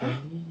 !huh!